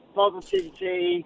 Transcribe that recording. positivity